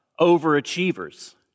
overachievers